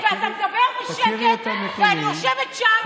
אתה מדבר בשקט ואני יושבת שם,